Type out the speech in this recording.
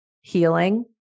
healing